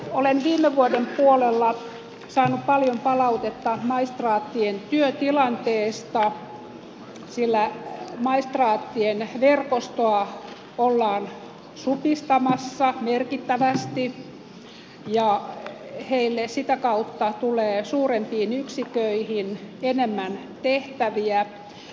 olen viime vuoden puolella saanut paljon palautetta maistraattien työtilanteesta sillä maistraattien verkostoa ollaan supistamassa merkittävästi ja heille sitä kautta tulee suurempiin yksiköihin enemmän tehtäviä